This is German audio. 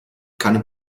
keine